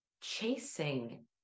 chasing